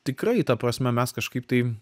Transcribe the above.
tikrai ta prasme mes kažkaip tai